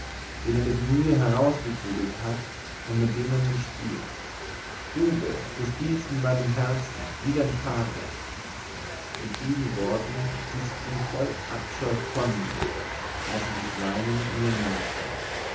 den er mit mühe herausgekugelt hat und mit dem er nun spielt bube du spielst mit meinem herzen wie dein vater mit diesen worten stieß ich ihn voll abscheu von mir als er sich weinend mir nahte